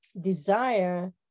desire